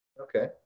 okay